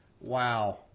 Wow